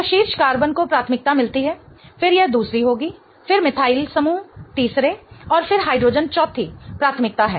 तो शीर्ष कार्बन को प्राथमिकता मिलती है फिर यह दूसरी होगी फिर मिथाइल समूह तीसरे और फिर हाइड्रोजन चौथी प्राथमिकता है